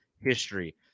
history